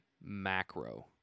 macro